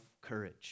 courage